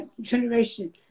generation